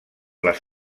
les